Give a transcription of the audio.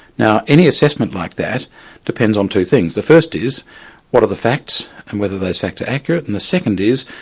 now any assessment like that depends on two things the first is what are the facts, and whether those facts are accurate and the second is,